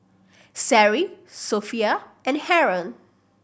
Seri Sofea and Haron